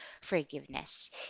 forgiveness